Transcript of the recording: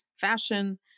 fashion